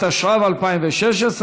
התשע"ו 2016,